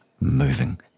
moving